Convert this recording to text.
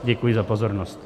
Děkuji za pozornost.